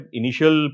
initial